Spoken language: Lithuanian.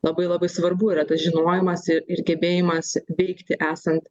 labai labai svarbu yra tas žinojimas ir ir gebėjimas veikti esant